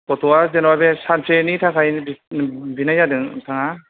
गथ'आ जेन'बा बे सानसेनि थाखाय बिनाय जादों नोंथाङा